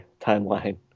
timeline